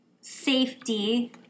Safety